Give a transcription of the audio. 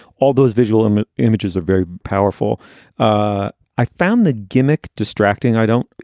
all those visual um ah images are very powerful ah i found the gimmick distracting. i don't